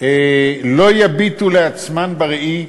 לא יביטו על עצמן בראי,